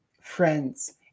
friends